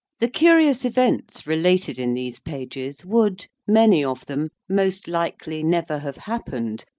the curious events related in these pages would, many of them, most likely never have happened,